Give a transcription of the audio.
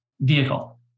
vehicle